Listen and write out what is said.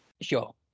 Sure